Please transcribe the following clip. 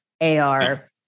AR